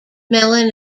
melon